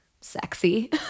sexy